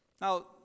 Now